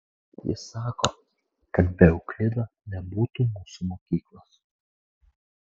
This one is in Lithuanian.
jis sako kad be euklido nebūtų mūsų mokyklos